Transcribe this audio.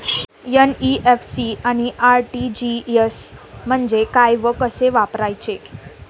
NEFT आणि RTGS म्हणजे काय व कसे वापरायचे?